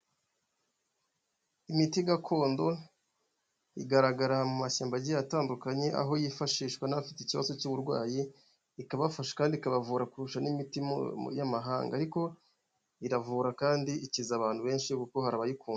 Imiti gakondo igaragara mu mashyamba agiye atandukanye, aho yifashishwa n'abafite ikibazo cy'uburwayi ikabafasha kandi ikabavura kurusha n'imiti y'amahanga. Ariko iravura kandi ikiza abantu benshi kuko hari abayikunda.